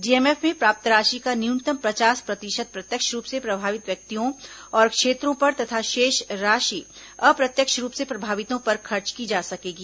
DMF में प्राप्त राशि का न्यूनतम पचास प्रतिशत प्रत्यक्ष रूप से प्रभावित व्यक्तियों और क्षेत्रों पर तथा शेष राशि अप्रत्यक्ष रूप से प्रभावितों पर खर्च की जा सकेगी